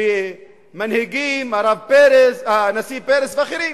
שמנהיגים, הנשיא פרס ואחרים